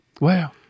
Wow